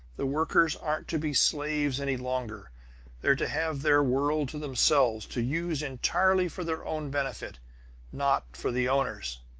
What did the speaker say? the workers aren't to be slaves any longer they're to have their world to themselves, to use entirely for their own benefit not for the owners!